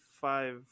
five